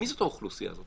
מי זאת האוכלוסייה הזאת?